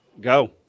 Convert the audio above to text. Go